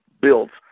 builds